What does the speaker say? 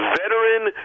veteran